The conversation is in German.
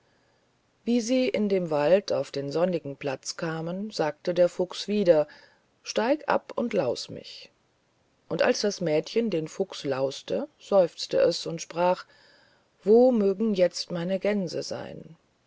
wie sie in dem wald auf den sonnigen platz kamen sagte der fuchs wieder steig ab und laus mich und als das mädchen den fuchs lauste seufzte es und sprach wo mögen jetzt meine gänse seyn